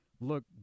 look